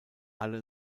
alle